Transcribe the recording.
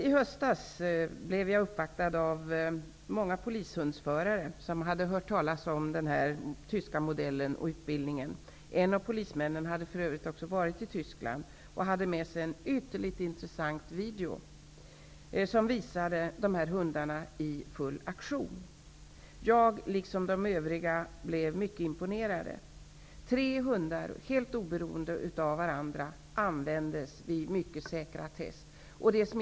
I höstas blev jag uppvaktad av många polishundsförare som hade hört talas om den här tyska modellen och utbildningen. En av polismännen hade för övrigt också varit i Tyskland och hade med sig en ytterligt intressant videofilm som visade sådana här hundar i full aktion. Jag och övriga som var med blev mycket imponerade. Tre hundar, helt oberoende av varandra, användes vid mycket säkra test.